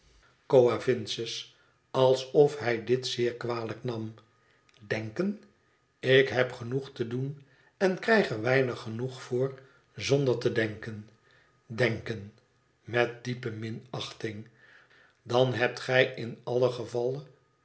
coavinses alsof hij dit zeer kwalijk nam denken ik heb genoeg te doen en krijg ei weinig genoeg voor zonder te denken denken met diepe minachting dan hebt gij in allen gevalle